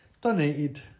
donated